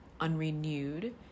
unrenewed